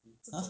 !huh!